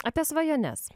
apie svajones